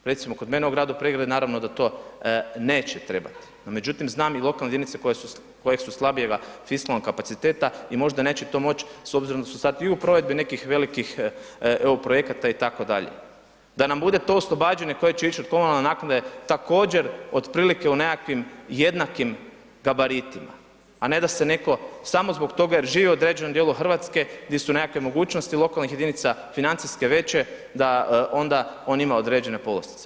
Recimo kod mene u gradu Pregradu naravno da to neće trebati međutim znam i lokalne jedinice koje su slabijega fiskalnog kapaciteta i možda neće to moći s obzirom da su sad i u provedbi nekih velikih EU projekata itd., da nam bude to oslobađanje koje će ići od komunalne naknade također otprilike u nekakvim jednakim gabaritima a ne da se neko samo zbog toga jer živi u određenom djelu Hrvatske di su nekakve mogućnosti lokalnih jedinica financijski veće da onda on ima određene povlastice.